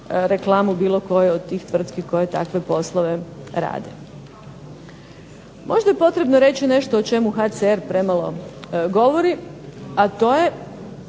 reklamu bilo koje od tih tvrtki koje takve poslove rade. Možda je potrebno reći nešto o čemu HCR govori a to je